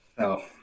No